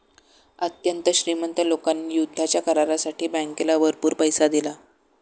अत्यंत श्रीमंत लोकांनी युद्धाच्या करारासाठी बँकेला भरपूर पैसा दिला